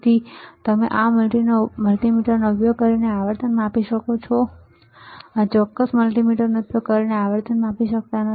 તેથી અમે આ મલ્ટિમીટરનો ઉપયોગ કરીને આવર્તનને માપી શકીએ છીએ અમે આ ચોક્કસ મલ્ટિમીટરનો ઉપયોગ કરીને આવર્તનને માપી શકતા નથી